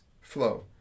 flow